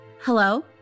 Hello